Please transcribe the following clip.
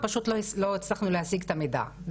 לא, פשוט לא הצלחנו להשיג את המידע.